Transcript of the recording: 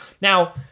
Now